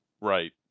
Right